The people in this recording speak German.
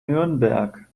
nürnberg